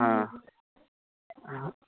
ہاں ہاں